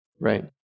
Right